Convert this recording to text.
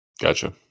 Gotcha